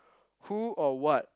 who or what